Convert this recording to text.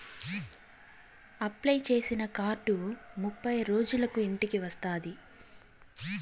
apply చేసిన card ముప్పై రోజులకు ఇంటికి వస్తాది